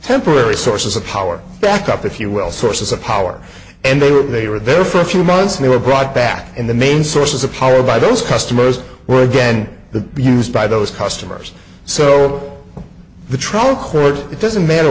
temporary sources of power backup if you will sources of power and they were they were there for a few months and they were brought back in the main sources of power by those customers were again the used by those customers so the trial records it doesn't matter